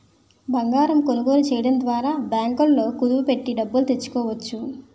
బంగారం కొనుగోలు చేయడం ద్వారా బ్యాంకుల్లో కుదువ పెట్టి డబ్బులు తెచ్చుకోవచ్చు